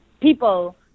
people